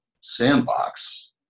sandbox